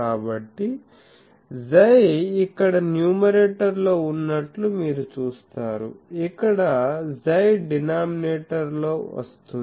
కాబట్టి 𝝌 ఇక్కడ న్యూమరేటర్లో ఉన్నట్లు మీరు చూస్తారు ఇక్కడ 𝝌 డినామినేటర్ లో వస్తోంది